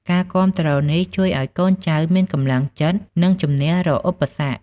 ការគាំទ្រនេះជួយឲ្យកូនចៅមានកម្លាំងចិត្ត និងជំនះរាល់ឧបសគ្គ។